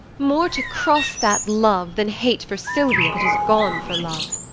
more to cross that love than hate for silvia, that is gone for love.